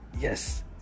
yes